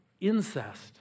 incest